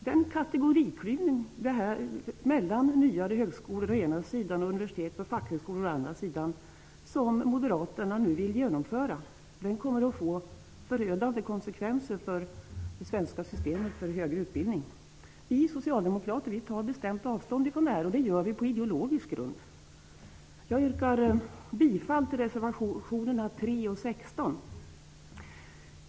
Den kategoriklyvning mellan nyare högskolor å ena sidan och universitet och fackhögskolor å andra sidan som Moderaterna nu vill genomföra kommer att få förödande konsekvenser för det svenska systemet för högre utbildning. Vi socialdemokrater tar bestämt avstånd från det här, och det gör vi på ideologisk grund. Jag yrkar bifall till reservationerna 3 och 16.